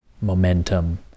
momentum